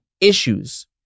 issues